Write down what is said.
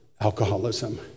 alcoholism